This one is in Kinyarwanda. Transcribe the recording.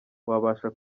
wabasha